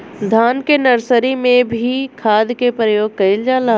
धान के नर्सरी में भी खाद के प्रयोग कइल जाला?